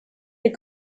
les